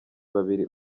babiri